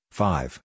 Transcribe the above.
five